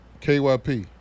KYP